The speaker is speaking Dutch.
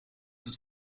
het